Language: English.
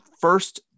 first